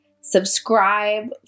subscribe